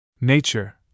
Nature